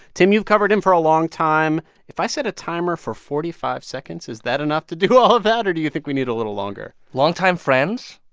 tim, you've covered him for a long time. if i set a timer for forty five seconds, is that enough to do all of that? or do you think we need a little longer? longtime friends.